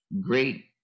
great